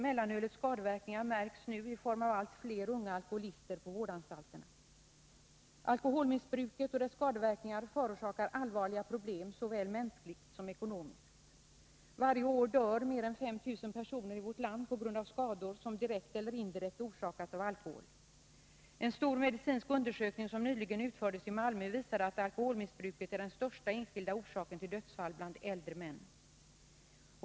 Mellanölets skadeverkningar märks nu i form av allt fler unga alkoholister på vårdanstalterna. Alkoholmissbruket och dess skadeverkningar förorsakar allvarliga problem såväl mänskligt som ekonomiskt. Varje år dör i vårt land mer än 5 000 personer på grund av skador som direkt eller indirekt orsakats av alkohol. En stor medicinsk undersökning som nyligen utförts i Malmö visade att alkoholmissbruk är den största enskilda orsaken till dödsfall bland äldre män.